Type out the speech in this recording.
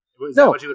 No